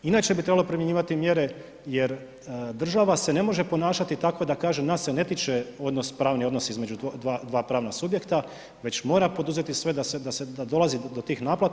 Inače bi trebalo primjenjivati mjere jer država se ne može ponašati tako da kaže nas se ne tiče pravni odnos između dva pravna subjekta već mora poduzeti sve da dolazi do tih naplata.